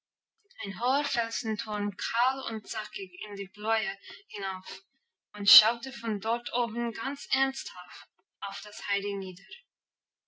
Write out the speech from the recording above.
ein hoher felsenturm kahl und zackig in die bläue hinauf und schaute von dort oben ganz ernsthaft auf das heidi nieder